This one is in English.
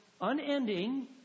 unending